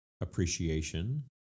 Appreciation